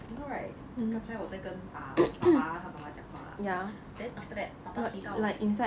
you know right 刚才我在跟啊爸爸和妈妈讲话 then after that 爸爸提到